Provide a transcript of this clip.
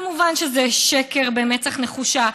כמובן שזה שקר במצח נחושה.